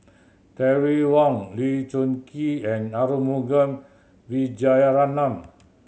Terry Wong Lee Choon Kee and Arumugam Vijiaratnam